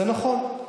זה נכון.